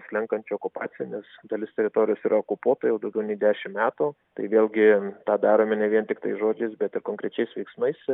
slenkančio okupacinės dalis teritorijos yra okupuota jau daugiau nei dešimt metų tai vėlgi tą darome ne vien tiktai žodžiais bet konkrečiais veiksmais